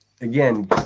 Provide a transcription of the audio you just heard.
again